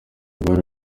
rwari